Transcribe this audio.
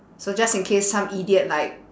so just in case some idiot like